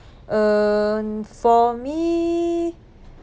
uh for me